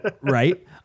Right